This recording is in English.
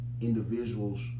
individuals